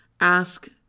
Ask